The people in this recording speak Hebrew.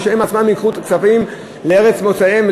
או שהם עצמם ייקחו את הכספים לארץ מוצאם,